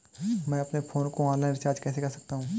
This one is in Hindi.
मैं अपने फोन को ऑनलाइन रीचार्ज कैसे कर सकता हूं?